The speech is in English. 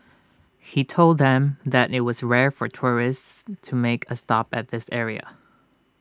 he told them that IT was rare for tourists to make A stop at this area